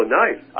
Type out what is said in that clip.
nice